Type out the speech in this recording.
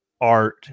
art